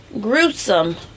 gruesome